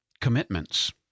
commitments